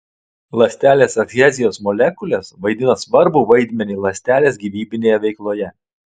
ląstelės adhezijos molekulės vaidina svarbų vaidmenį ląstelės gyvybinėje veikloje